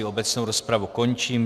Obecnou rozpravu končím.